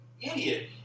idiot